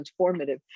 transformative